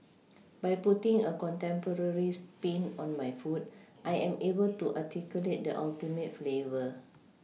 by putting a contemporary sPin on my food I am able to articulate the ultimate flavour